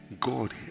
God